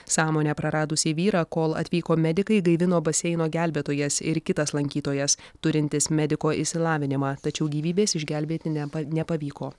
sąmonę praradusį vyrą kol atvyko medikai gaivino baseino gelbėtojas ir kitas lankytojas turintis mediko išsilavinimą tačiau gyvybės išgelbėti nepa nepavyko